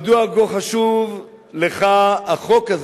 מדוע כה חשוב לך החוק,